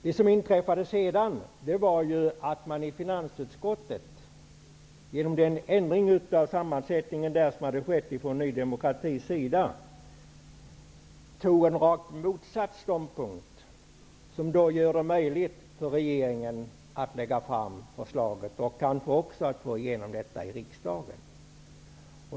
Det som inträffade sedan var att man i finansutskottet, genom den ändring av sammansättningen där som skett från Ny demokratis sida, intog rakt motsatt ståndpunkt, vilket gör det möjligt för regeringen att lägga fram förslaget och kanske också att få igenom det i riksdagen.